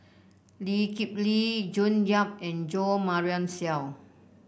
Lee Kip Lee June Yap and Jo Marion Seow